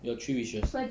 your three wishes